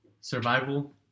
Survival